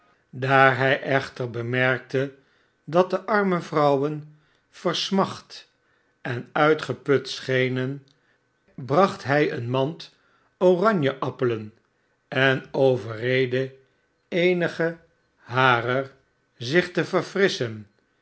daar bij echter bemerkte dat de arme vrouwen versmacht en uitgeput schenen bracht hij een mand oranjeappelen en overreedde eenige harer zich te verfrisschen